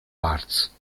arts